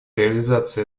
реализация